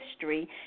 history